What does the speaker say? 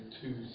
two